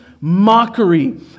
mockery